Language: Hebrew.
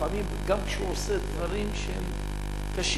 לפעמים גם כשהוא עושה דברים שהם קשים